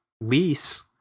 lease